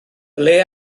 ble